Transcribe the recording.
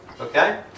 okay